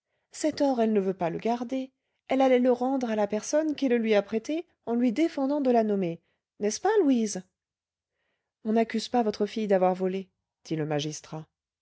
cet or elle ne veut pas le garder elle allait le rendre à la personne qui le lui a prêté en lui défendant de la nommer n'est-ce pas louise on n'accuse pas votre fille d'avoir volé dit le magistrat